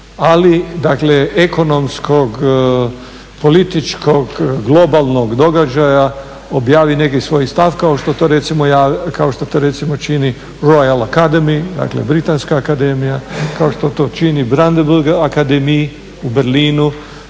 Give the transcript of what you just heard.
dakle ekonomskog, političkog, globalnog događaja objavi neki svoj stav kao što to recimo čini Royal Academy, dakle Britanska akademija, kao što to čini Brandenburg Academy u Berlinu,